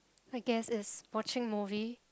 I guess is watching movie